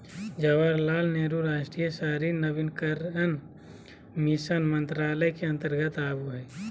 जवाहरलाल नेहरू राष्ट्रीय शहरी नवीनीकरण मिशन मंत्रालय के अंतर्गत आवो हय